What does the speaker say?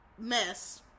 mess